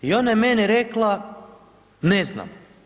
I ona je meni rekla ne znam.